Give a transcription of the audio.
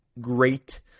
great